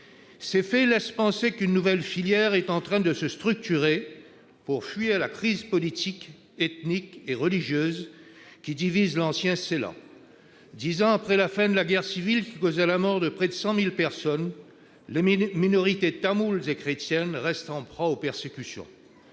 Ces faits laissent penser qu'une nouvelle filière est en train de se structurer pour fuir la crise politique, ethnique et religieuse qui divise l'ancien Ceylan. Dix ans après la fin de la guerre civile, qui causa la mort de près de 100 000 personnes, les minorités tamoule et chrétienne restent en proie aux persécutions.